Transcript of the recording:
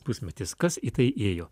pusmetis kas į tai ėjo